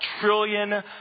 trillion